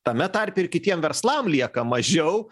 tame tarpe ir kitiem verslam lieka mažiau